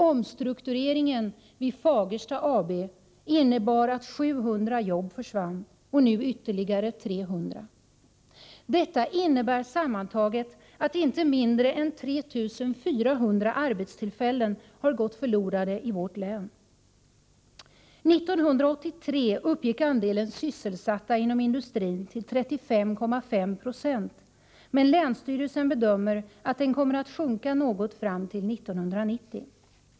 Omstruktureringen vid Fagersta AB innebar att 700 jobb försvann, och nu försvinner ytterligare 300. Detta innebär sammantaget att inte mindre än 3 400 arbetstillfällen har gått förlorade i vårt län. 1983 uppgick andelen sysselsatta inom industrin till 35,5 90, men länsstyrelsen bedömer att den kommer att sjunka något fram till 1990.